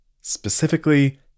specifically